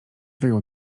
wyjął